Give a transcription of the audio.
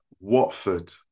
Watford